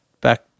back